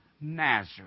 Nazareth